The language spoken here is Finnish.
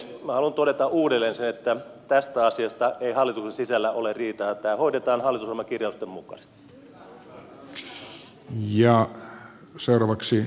minä haluan todeta uudelleen sen että tästä asiasta ei hallituksen sisällä ole riitaa ja tämä hoidetaan hallitusohjelmakirjausten mukaisesti